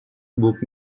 book